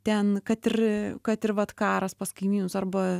ten kad ir kad ir vat karas pas kaimynus arba